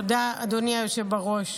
תודה, אדוני היושב בראש.